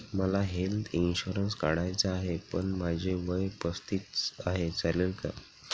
मला health insurance काढायचा आहे पण माझे वय पस्तीस आहे, चालेल का?